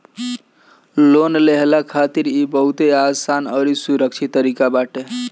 loan लेहला खातिर इ बहुते आसान अउरी सुरक्षित तरीका बाटे